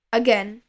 again